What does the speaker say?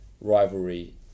rivalry